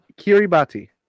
kiribati